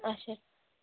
اَچھا